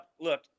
look